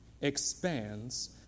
expands